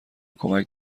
کمک